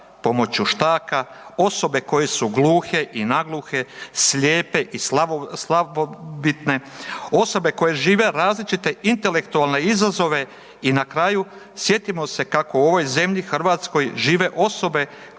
pomoću štaka, osobe koje su gluhe i nagluhe, slijepe i slabovidne, osobe koje žive različite intelektualne izazove i na kraju sjetimo se kako u ovoj zemlji Hrvatskoj žive osobe